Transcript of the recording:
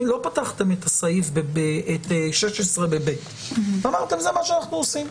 אם לא פתחתם את סעיף 16 ב-(ב) אמרתם שזה מה שאנחנו עושים,